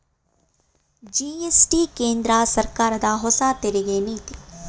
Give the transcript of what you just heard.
GST ಕೇಂದ್ರ ಸರ್ಕಾರದ ಹೊಸ ತೆರಿಗೆ ನೀತಿ